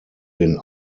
den